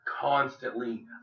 Constantly